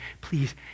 please